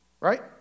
Right